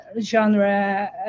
genre